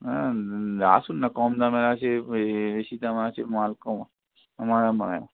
হ্যাঁ আসুন না কম দামের আছে বেশি দামে আছে মাল কম আমার